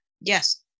Yes